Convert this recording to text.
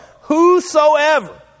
Whosoever